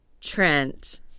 Trent